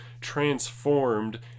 transformed